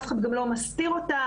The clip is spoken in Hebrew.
אף אחד גם לא מסתיר אותה.